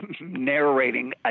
narrating